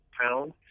pound